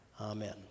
Amen